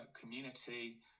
community